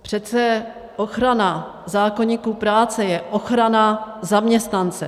Přece ochrana zákoníku práce je ochrana zaměstnance.